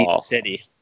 City